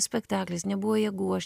spektaklis nebuvo jėgų aš